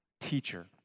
teacher